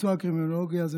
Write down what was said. מקצוע הקרימינולוגיה,